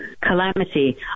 calamity